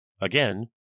Again